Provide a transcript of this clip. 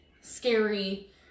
scary